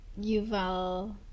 Yuval